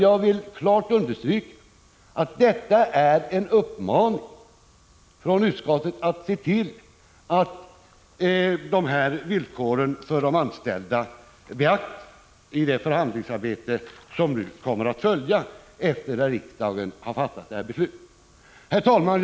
Jag vill klart understryka att detta är en uppmaning från utskottet att se till att villkoren för de anställda beaktas i det förhandlingsarbete som nu kommer att följa efter det att riksdagen har fattat sitt beslut. Herr talman!